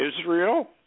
Israel